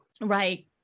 Right